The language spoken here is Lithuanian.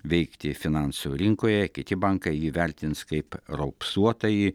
veikti finansų rinkoje kiti bankai įvertins kaip raupsuotąjį